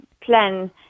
plan